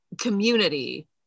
community